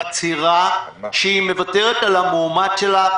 מצהירה שהיא מוותרת על המועמד שלה.